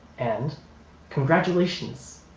and congratulations